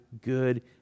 good